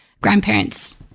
grandparents